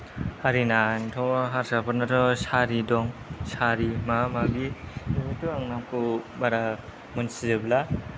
हारिनाथ' हारसाफोरनाथ' सारि दं सारि माबा माबि बेखौथ' आं नामखौ बारा मोन्थिजोबला